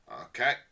Okay